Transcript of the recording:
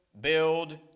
build